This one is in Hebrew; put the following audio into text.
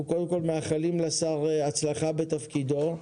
אנחנו מאחלים לשר הצלחה בתפקידו.